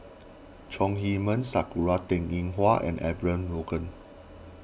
Chong Heman Sakura Teng Ying Hua and Abraham Logan